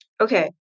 okay